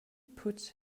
puts